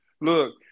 Look